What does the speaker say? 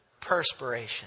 perspiration